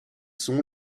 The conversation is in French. sont